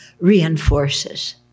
reinforces